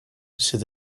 sydd